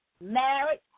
marriage